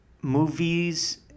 movies